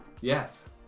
Yes